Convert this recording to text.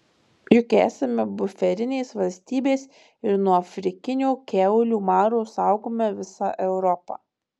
juk esame buferinės valstybės ir nuo afrikinio kiaulių maro saugome visą europą